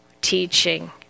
teaching